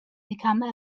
become